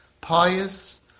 pious